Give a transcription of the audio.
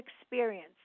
experience